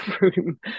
room